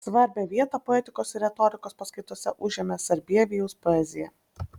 svarbią vietą poetikos ir retorikos paskaitose užėmė sarbievijaus poezija